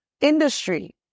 industry